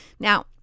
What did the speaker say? Now